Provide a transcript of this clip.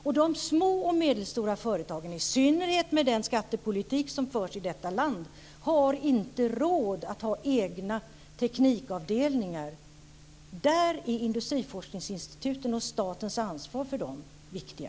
Och de små och medelstora företagen, i synnerhet med den skattepolitik som förs i detta land, har inte råd att ha egna teknikavdelningar. Där är industriforskningsinstituten och statens ansvar för dem viktiga.